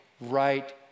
right